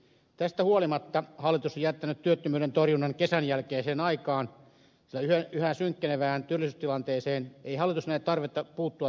tästä huolimatta hallitus on jättänyt työttömyyden torjunnan kesän jälkeiseen aikaan sillä yhä synkkenevään työllisyystilanteeseen ei hallitus näe tarvetta puuttua tehokkain toimin